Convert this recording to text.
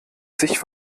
sich